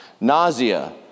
nausea